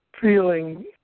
feeling